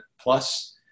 Plus